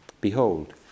Behold